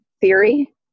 theory